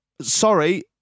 sorry